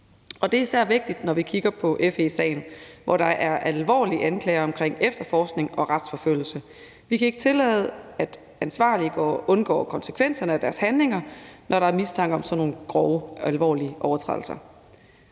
Det er især vigtigt, når vi kigger på FE-sagen, hvor der er alvorlige anklager i forbindelse med efterforskning og retsforfølgelse. Vi kan ikke tillade, at de ansvarlige undgår konsekvenserne af deres handlinger, når der er mistanke om sådan nogle grove, alvorlige overtrædelser.